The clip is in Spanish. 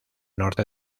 norte